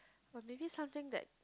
or maybe something that